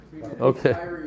Okay